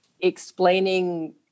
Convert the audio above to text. explaining